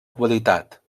qualitat